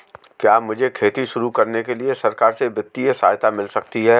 क्या मुझे खेती शुरू करने के लिए सरकार से वित्तीय सहायता मिल सकती है?